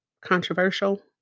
controversial